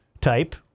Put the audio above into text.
type